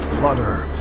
flutter,